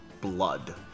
blood